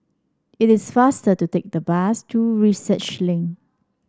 it is faster to take the bus to Research Link